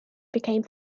became